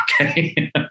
Okay